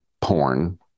porn